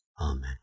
Amen